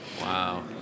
Wow